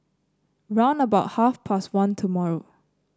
round about half past one tomorrow